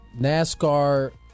NASCAR